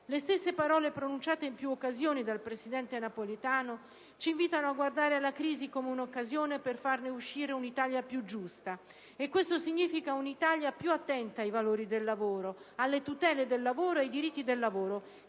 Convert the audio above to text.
Le stesse parole pronunciate in più occasioni dal presidente Napolitano ci invitano a guardare la crisi come un'occasione per farne uscire un'Italia più giusta. Ciò significa un'Italia più attenta ai valori del lavoro, alle tutele del lavoro e ai diritti del lavoro,